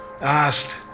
asked